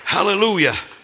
Hallelujah